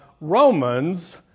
Romans